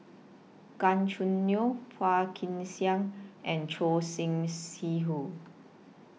Gan Choo Neo Phua Kin Siang and Choor Singh Sidhu